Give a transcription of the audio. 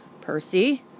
Percy